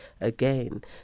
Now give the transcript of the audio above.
again